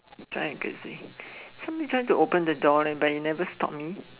somebody try to open the door but then you never stop me